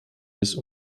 bis